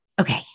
okay